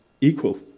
equal